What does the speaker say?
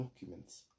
documents